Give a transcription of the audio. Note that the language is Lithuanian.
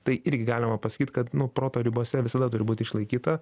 tai irgi galima pasakyt kad nu proto ribose visada turi būt išlaikyta